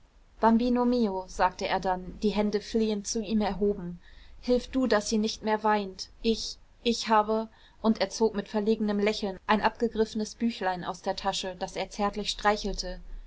bambino mio sagte er dann die hände flehend zu ihm erhoben hilf du daß sie nicht mehr weint ich ich habe und er zog mit verlegenem lächeln ein abgegriffenes büchlein aus der tasche das er zärtlich streichelte